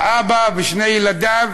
אבא ושני ילדיו